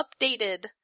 updated